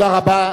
תודה רבה.